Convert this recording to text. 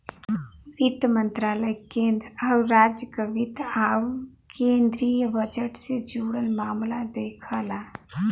वित्त मंत्रालय केंद्र आउर राज्य क वित्त आउर केंद्रीय बजट से जुड़ल मामला देखला